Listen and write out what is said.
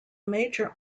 major